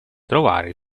trovare